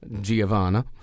Giovanna